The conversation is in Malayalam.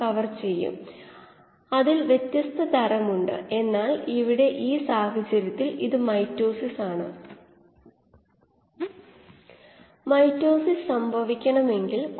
ഒരു കീമോസ്റ്റാറ്റിൽ R സെൽ പ്രൊഡക്റ്റിവിറ്റി യെ പ്രതിനിധീകരിക്കുന്നുവെങ്കിൽ